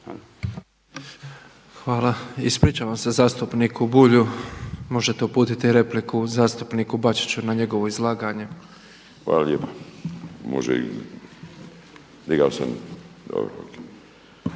Hvala. Ispričavam se zastupniku Bulju. Možete uputiti repliku zastupniku Bačiću na njegovo izlaganje. **Bulj, Miro